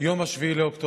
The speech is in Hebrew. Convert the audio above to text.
יום 7 באוקטובר.